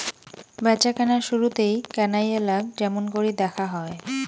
ব্যাচাকেনার শুরুতেই কেনাইয়ালাক য্যামুনকরি দ্যাখা হয়